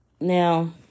Now